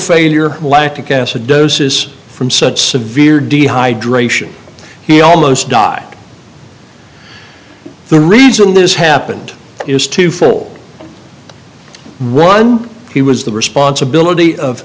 failure lactic acidosis from such severe dehydration he almost died the reason this happened is two fold run he was the responsibility of